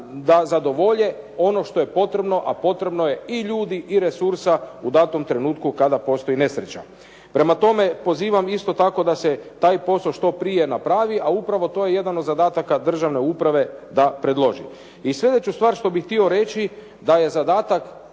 da zadovolje ono što je potrebno, a potrebno je i ljudi i resursa u datom trenutku kada postoji nesreća. Prema tome, pozivam isto tako da se taj posao što prije napravi, a upravo to je jedan od zadataka državne uprave da predloži. I slijedeću stvar što bih htio reći da je zadatak